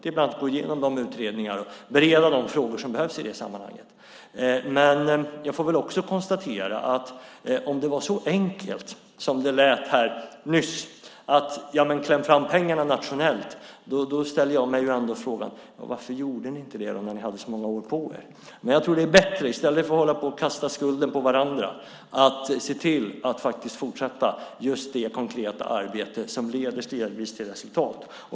Vi går bland annat igenom de utredningar och bereder de frågor som behövs i sammanhanget. Låt mig också konstatera att det knappast är så enkelt som det lät här nyss när man sade: Kläm fram pengarna nationellt! Då ställer jag mig frågan: Varför gjorde ni inte det då, när ni hade så många år på er? Men i stället för att hålla på och kasta skulden på varandra tror jag att vi ska se till att fortsätta det konkreta arbete som stegvis leder till resultat.